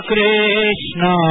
Krishna